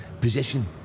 position